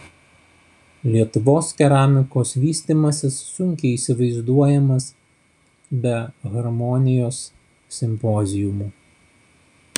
lietuvos keramikos vystymasis sunkiai įsivaizduojamas be harmonijos simpoziumų